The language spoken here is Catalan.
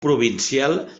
provincial